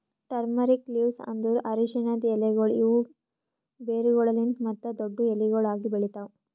turmeric leaves ಅಂದುರ್ ಅರಶಿನದ್ ಎಲೆಗೊಳ್ ಇವು ಬೇರುಗೊಳಲಿಂತ್ ಮತ್ತ ದೊಡ್ಡು ಎಲಿಗೊಳ್ ಆಗಿ ಬೆಳಿತಾವ್